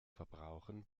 verbrauchen